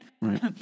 Right